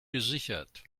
gesichert